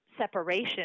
separation